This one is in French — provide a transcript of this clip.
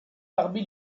parmi